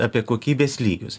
apie kokybės lygius